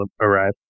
arrive